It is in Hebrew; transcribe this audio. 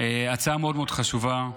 הצעה מאוד חשובה.